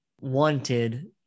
wanted